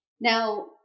Now